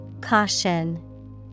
Caution